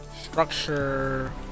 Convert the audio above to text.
Structure